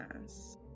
Yes